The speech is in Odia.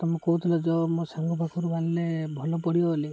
ମୁଁ କହୁଥିଲି ଯେ ମୋ ସାଙ୍ଗ ପାଖରୁ ଆଣିଲେ ଭଲ ପଡ଼ିବ ବୋଲି ବୋଲି